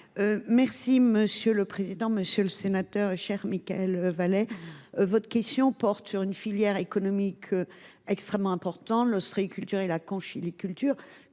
Mme la ministre déléguée. Monsieur le sénateur Mickaël Vallet, votre question porte sur une filière économique extrêmement importante, l’ostréiculture et la conchyliculture.